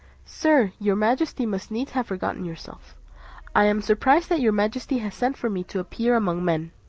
sir, your majesty must needs have forgotten yourself i am surprised that your majesty has sent for me to appear among men.